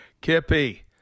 Kippy